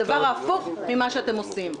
הדבר ההפוך ממה שאתם עושים.